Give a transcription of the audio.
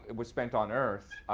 and was spent on earth,